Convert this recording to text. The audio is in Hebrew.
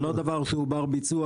זה לא דבר שהוא בר ביצוע,